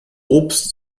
obst